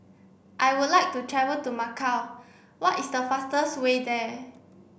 I would like to travel to Macau What is the fastest way there